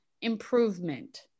improvement